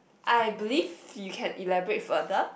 I believe you can elaborate further